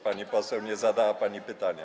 Pani poseł, nie zadała pani pytania.